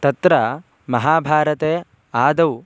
तत्र महाभारते आदौ